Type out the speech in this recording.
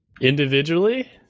Individually